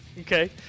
okay